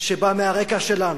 שבא מהרקע שלנו,